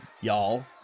Y'all